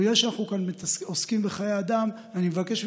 מכיוון שאנחנו עוסקים כאן בחיי אדם אני מבקש ממך,